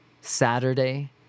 Saturday